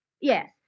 Yes